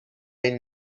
این